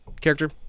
Character